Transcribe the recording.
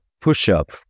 push-up